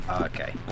Okay